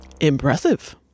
Impressive